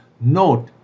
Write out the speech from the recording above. note